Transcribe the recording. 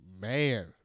man